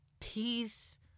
peace